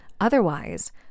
Otherwise